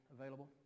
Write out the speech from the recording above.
available